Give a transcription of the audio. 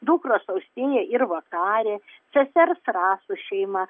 dukros austėja ir vakarė sesers rasos šeima